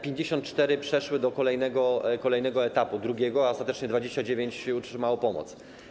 54 przeszły do kolejnego etapu, drugiego, a ostatecznie 29 otrzymało pomoc.